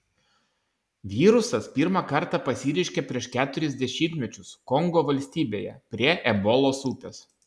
virusas pirmą kartą pasireiškė prieš keturis dešimtmečius kongo valstybėje prie ebolos upės